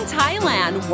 Thailand